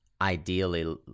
ideally